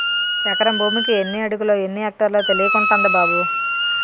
ఎకరం భూమికి ఎన్ని అడుగులో, ఎన్ని ఎక్టార్లో తెలియకుంటంది బాబూ